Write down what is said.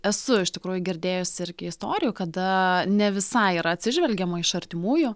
esu iš tikrųjų girdėjusi irgi istorijų kada ne visai yra atsižvelgiama iš artimųjų